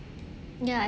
ya